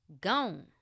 gone